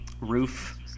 roof